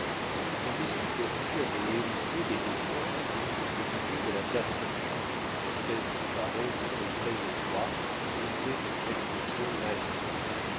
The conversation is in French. la maison que rouget avait héritée des descoings occupe le milieu de la place saint-jean espèce de carré long et très-étroit planté de quelques tilleuls malingres